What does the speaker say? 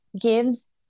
gives